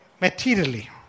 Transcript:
materially